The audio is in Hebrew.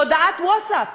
בהודעת ווטסאפ.